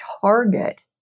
target